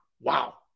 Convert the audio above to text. Wow